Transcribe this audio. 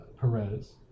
perez